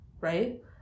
right